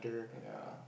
ya